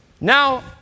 Now